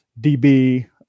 DB